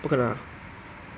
不可能 ah